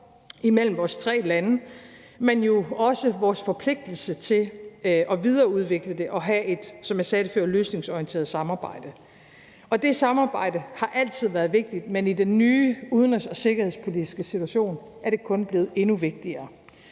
mellem vores tre lande, men også vores forpligtelse til at videreudvikle det og have et, som jeg sagde det før, løsningsorienteret samarbejde. Det samarbejde har altid været vigtigt, men i den nye udenrigs- og sikkerhedspolitiske situation er det kun blevet endnu vigtigere.